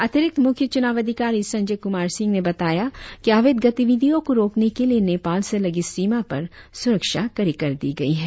अतिरिक्त मुख्य चुनाव अधिकारी संजय कुमार सिंह ने बताया कि अवैध गतिविधियों को रोकने के लिए नेपाल से लगी सीमा पर सुरक्षा कड़ी कर दी गई है